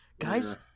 guys